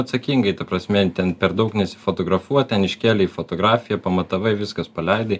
atsakingai ta prasme ten per daug nesifotografuot ten iškėlei fotografija pamatavai viskas paleidai